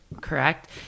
correct